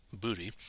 booty